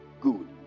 Good